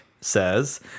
says